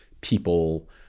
people